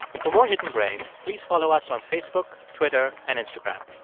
for more hidden brain, please follow us on facebook, twitter and instagram.